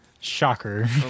Shocker